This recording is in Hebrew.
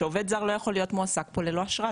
שעובד זה לא יכול להיות מועסק פה ללא אשרה,